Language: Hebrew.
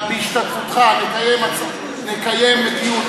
בהשתתפותך נקיים דיון,